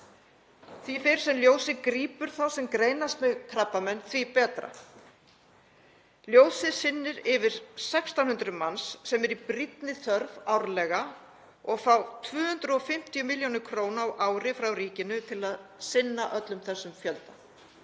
Því fyrr sem Ljósið grípur þá sem greinast með krabbamein, því betra. Ljósið sinnir yfir 1.600 manns sem eru í brýnni þörf árlega og fá 250 millj. kr. á ári frá ríkinu til að sinna öllum þessum fjölda.